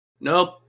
Nope